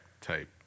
type